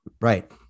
right